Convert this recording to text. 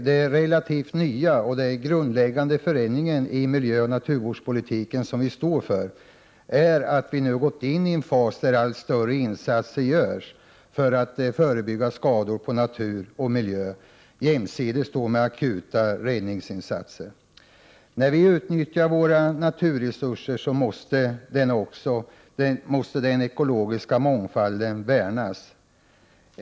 Det relativt nya och den grundläggande förändring av miljöoch naturvårdspolitiken som vi står för är, att vi nu gått in i en fas då allt större insatser görs för att förebygga skador på natur och miljö, jämsides med akuta räddningsinsatser. När vi utnyttjar våra naturresurser måste den ekologiska mångfalden värnas.